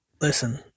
Listen